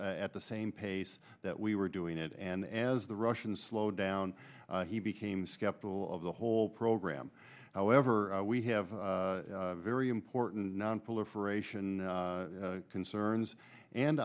at the same pace that we were doing it and as the russians slowed down he became skeptical of the whole program however we have very important nonproliferation concerns and